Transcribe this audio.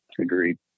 Agreed